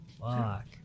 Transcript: Fuck